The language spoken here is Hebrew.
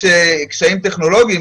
יש קשיים טכנולוגיים,